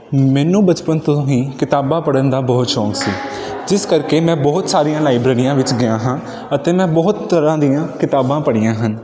ਮੈਨੂੰ ਬਚਪਨ ਤੋਂ ਹੀ ਕਿਤਾਬਾਂ ਪੜ੍ਹਨ ਦਾ ਬਹੁਤ ਸ਼ੌਂਕ ਸੀ ਜਿਸ ਕਰਕੇ ਮੈਂ ਬਹੁਤ ਸਾਰੀਆਂ ਲਾਈਬ੍ਰੇਰੀਆਂ ਵਿੱਚ ਗਿਆ ਹਾਂ ਅਤੇ ਮੈਂ ਬਹੁਤ ਤਰ੍ਹਾਂ ਦੀਆਂ ਕਿਤਾਬਾਂ ਪੜ੍ਹੀਆਂ ਹਨ